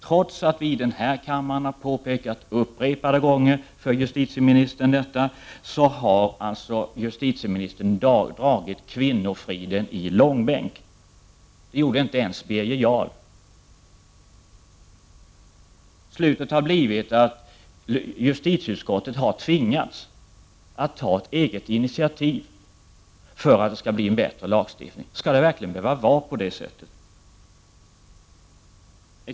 Trots att vi i denna kammare upprepade gånger har påpekat detta för justitieministern, har justitieministern dragit kvinnofriden i långbänk. Det gjorde inte ens Birger Jarl. Till slut har justitieutskottet tvingats att ta ett eget initiativ för att få till stånd en bättre lagstiftning. Skall det verkligen behöva vara på det sättet?